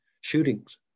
shootings